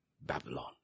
Babylon